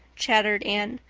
chattered anne,